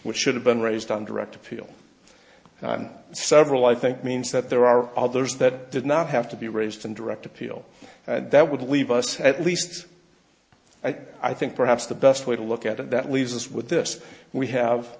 which should have been raised on direct appeal several i think means that there are others that did not have to be raised in direct appeal that would leave us at least i think perhaps the best way to look at it that leaves us with this we have